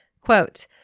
Quote